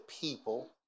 people